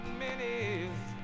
minis